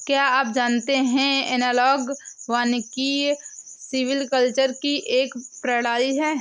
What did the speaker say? क्या आप जानते है एनालॉग वानिकी सिल्वीकल्चर की एक प्रणाली है